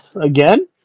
again